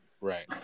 right